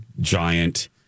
giant